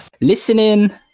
listening